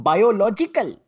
Biological